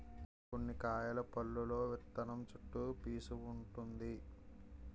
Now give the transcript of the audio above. కొన్ని కాయల పల్లులో విత్తనం చుట్టూ పీసూ వుంటుంది